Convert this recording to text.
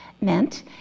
meant